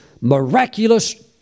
miraculous